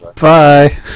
Bye